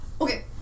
Okay